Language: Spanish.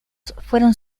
fueron